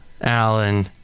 Alan